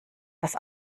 das